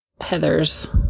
Heather's